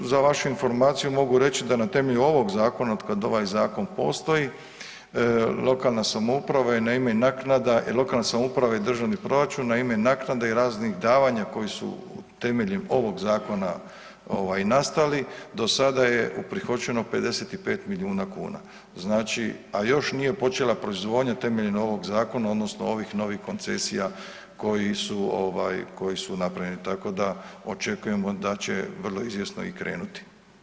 Za vašu informaciju mogu reći da na temelju ovog zakona, otkad ovaj zakon postoji lokalna samouprava je na ime naknada i lokalne samouprave državnih proračuna, na ime naknade i raznih davanja koji su temeljem ovoga zakona ovaj nastali dosada je uprihođeno 55 milijuna kuna, znači, a još nije počela proizvodnja temeljem ovog zakona odnosno ovih novih koncesija koji su ovaj koji su napravljeni, tako da očekujemo da će vrlo izvjesno i krenuti.